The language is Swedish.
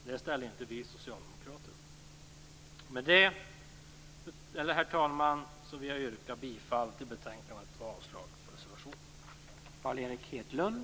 Det ställer inte vi socialdemokrater upp på. Herr talman! Med det anförda vill jag yrka bifall till hemställan i betänkandet och avslag på reservationen.